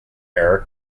eric